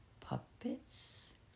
puppets